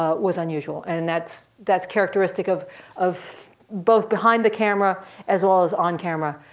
ah was unusual. and that's that's characteristic of of both behind the camera as well as on camera